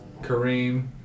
Kareem